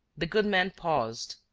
the good man paused,